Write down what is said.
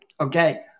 Okay